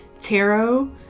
tarot